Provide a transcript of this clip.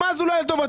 גם אז לא היה לטובתנו.